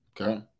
Okay